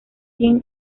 jin